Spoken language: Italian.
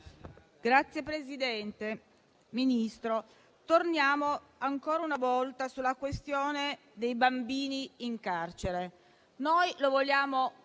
Signora Presidente, signor Ministro torniamo ancora una volta sulla questione dei bambini in carcere. Noi lo vogliamo